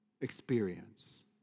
experience